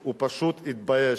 הוא פשוט התבייש.